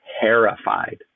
terrified